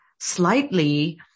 slightly